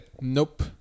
nope